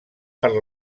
per